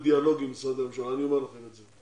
דיאלוג עם משרדי הממשלה לא יעזור ואני אומר לכם את זה.